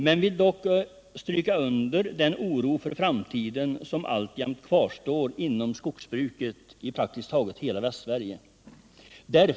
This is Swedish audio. Men jag vill understryka att det alltjämt kvarstår en oro för framtiden inom skogsbruket i praktiskt taget hela Västsverige.